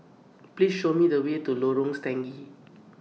Please Show Me The Way to Lorong Stangee